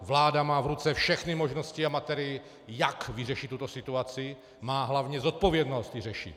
Vláda má v ruce všechny možnosti a materii, jak vyřešit tuto situaci, má hlavně zodpovědnost ji řešit.